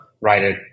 right